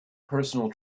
personal